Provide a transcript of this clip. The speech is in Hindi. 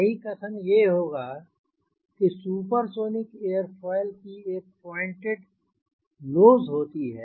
सही कथन यह होगा कि सुपरसोनिक एयरोफॉयल की एक पॉइंटेड नोज होती है